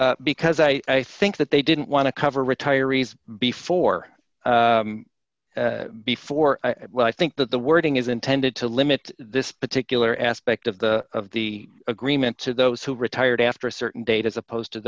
any because i think that they didn't want to cover retirees before before well i think that the wording is intended to limit this particular aspect of the of the agreement to those who retired after a certain date as opposed to